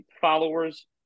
followers